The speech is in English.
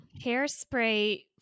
hairspray